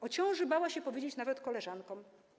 O ciąży bała się powiedzieć nawet koleżankom.